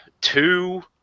two